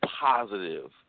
positive